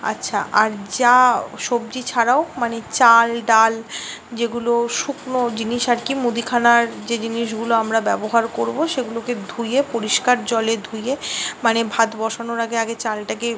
আচ্ছা আর যা সবজি ছাড়াও মানে চাল ডাল যেগুলো শুকনো জিনিস আর কি মুদিখানার যে জিনিসগুলো আমরা ব্যবহার করব সেগুলোকে ধুয়ে পরিষ্কার জলে ধুয়ে মানে ভাত বসানোর আগে আগে চালটাকে